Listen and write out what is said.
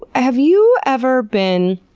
have you ever been